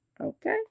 okay